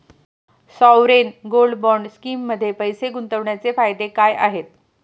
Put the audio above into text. Sovereign gold bond स्कीममध्ये पैसे गुंतवण्याचे फायदे काय आहेत?